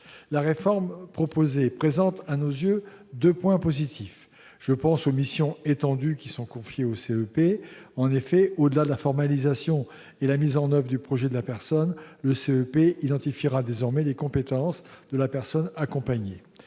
La réforme proposée présente, à nos yeux, deux points positifs, car elle vise à étendre les missions qui sont confiées au CEP. Tout d'abord, au-delà de la formalisation et de la mise en oeuvre du projet de la personne, le CEP identifiera désormais les compétences de la personne accompagnée.